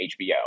HBO